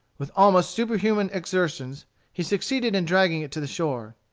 with almost superhuman exertions he succeeded in dragging it to the shore.